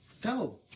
Go